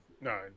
no